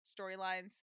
storylines